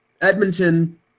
Edmonton –